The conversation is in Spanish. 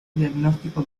diagnóstico